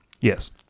Yes